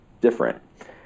different